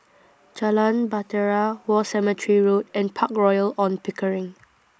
Jalan Bahtera War Cemetery Road and Park Royal on Pickering